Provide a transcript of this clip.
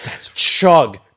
chug